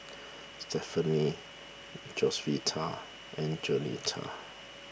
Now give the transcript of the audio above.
Stefanie Josefita and Jaunita